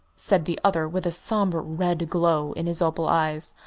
said the other, with a sombre red glow in his opal eyes.